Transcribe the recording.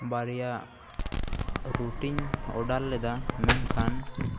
ᱵᱟᱨᱭᱟ ᱨᱩᱴᱩᱧ ᱳᱰᱟᱨ ᱞᱮᱫᱟ ᱢᱮᱱᱠᱷᱟᱱ